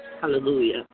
hallelujah